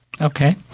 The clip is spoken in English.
Okay